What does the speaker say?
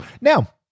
Now